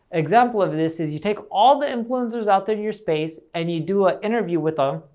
example of this is you take all the influencers out there in your space, and you do a interview with them,